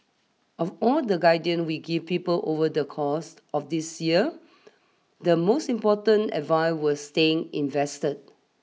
of all the guidance we give people over the course of this year the most important advice was staying invested